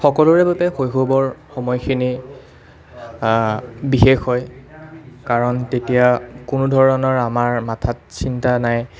সকলোৰে বাবে শৈশৱৰ সময়খিনি বিশেষ হয় কাৰণ তেতিয়া কোনো ধৰণৰ আমাৰ মাথাত চিন্তা নাই